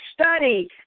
study